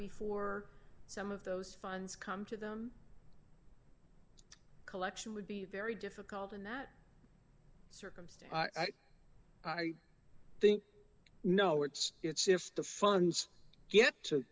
before some of those funds come to them collection would be very difficult in that circumstance i think no it's it's if the funds